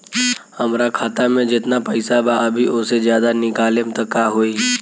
हमरा खाता मे जेतना पईसा बा अभीओसे ज्यादा निकालेम त का होई?